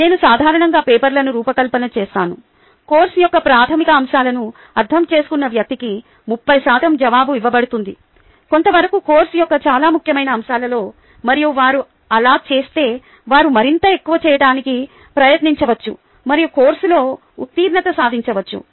నేను సాధారణంగా పేపర్లను రూపకల్పన చేస్తాను కోర్సు యొక్క ప్రాథమిక అంశాలను అర్థం చేసుకున్న వ్యక్తికి 30 శాతం జవాబు ఇవ్వబడుతుంది కొంతవరకు కోర్సు యొక్క చాలా ముఖ్యమైన అంశాలలో మరియు వారు అలా చేస్తే వారు మరింత ఎక్కువ చేయటానికి ప్రయత్నించవచ్చు మరియు కోర్సులో ఉత్తీర్ణత సాధించవచ్చు